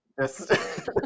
Yes